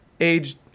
age –